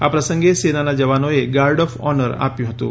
આ પ્રસંગે સેનાના જવાનોએ ગાર્ડ ઓફ ઓર્નર આપ્યું હતું